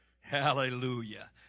Hallelujah